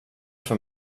för